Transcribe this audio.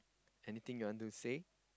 anything you want to say